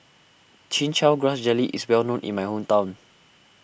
Chin Chow Grass Jelly is well known in my hometown